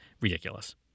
ridiculous